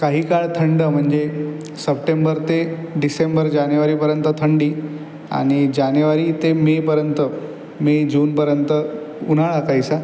काही काळ थंड म्हणजे सप्टेंबर ते डिसेंबर जानेवरीपर्यंत थंडी आणि जानेवरी ते मेपर्यंत मे जूनपर्यंत उन्हाळा काहीसा